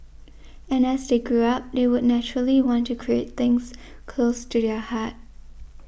and as they grew up they would naturally want to create things close to their heart